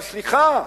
אבל סליחה,